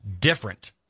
different